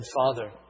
Father